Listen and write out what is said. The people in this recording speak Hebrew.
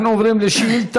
אנחנו עוברים לשאילתה,